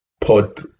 pod